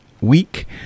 week